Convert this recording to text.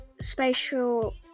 spatial